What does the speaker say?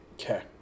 okay